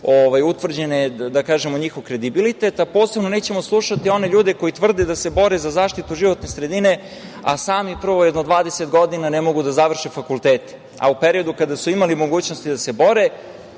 utvrđen njihov kredibilitet, a posebno nećemo slušati one ljudi koji tvrde da se bore za zaštitu životne sredine, a sami prvo jedno 20 godina ne mogu da završe fakultete, a u periodu kada su imali mogućnosti da se bore,